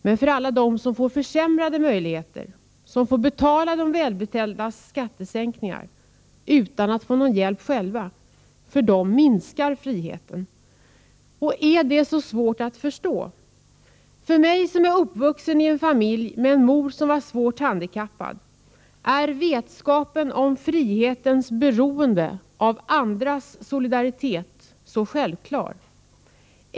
Men för alla dem som får försämrade möjligheter och som får betala de välbeställdas skattesänkningar utan att få någon hjälp själva minskar friheten. Är det så svårt att förstå? För mig som är uppvuxen i en familj med en mor som var svårt handikappad är vetskapen om frihetens beroende av andras solidaritet självklar.